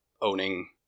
owning